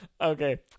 Okay